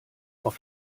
auf